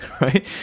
right